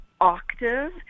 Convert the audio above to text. octave